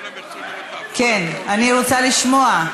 כולם ירצו, אני רוצה לשמוע.